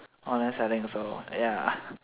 online selling also ya